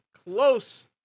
close